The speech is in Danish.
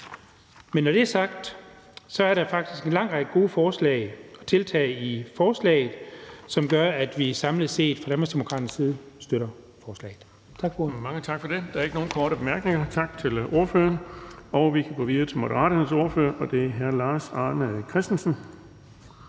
Men når det er sagt, er der faktisk en lang række gode forslag og tiltag i forslaget, som gør, at vi samlet set fra Danmarksdemokraternes side støtter forslaget.